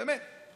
באמת.